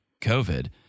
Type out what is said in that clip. COVID